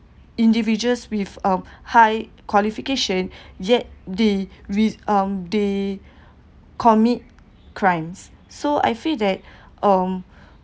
individuals with um high qualification yet they re~ um they commit crimes so I feel that um